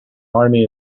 army